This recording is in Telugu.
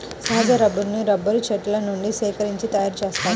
సహజ రబ్బరును రబ్బరు చెట్ల నుండి సేకరించి తయారుచేస్తారు